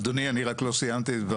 אדוני, אני רק לא סיימתי את דבריי.